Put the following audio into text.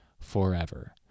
forever